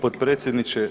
potpredsjedniče.